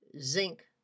zinc